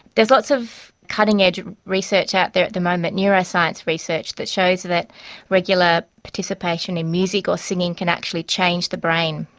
there's lots of cutting edge research out there at the moment, neuroscience research that shows that regular participation in music or singing can actually change the brain.